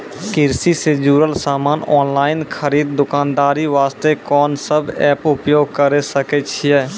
कृषि से जुड़ल समान ऑनलाइन खरीद दुकानदारी वास्ते कोंन सब एप्प उपयोग करें सकय छियै?